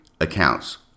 accounts